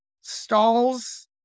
stalls